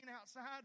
outside